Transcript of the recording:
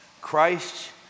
Christ